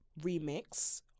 remix